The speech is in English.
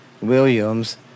Williams